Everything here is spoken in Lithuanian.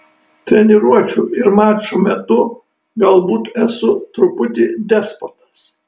treniruočių ir mačų metu galbūt esu truputį despotas